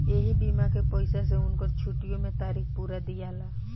ऐही बीमा के पईसा से उनकर छुट्टीओ मे तारीख पुरा दियाला